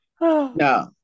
No